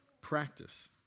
practice